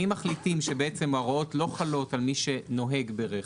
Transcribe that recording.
הכותרת לא משנה, אנחנו נשארים באותה מהות.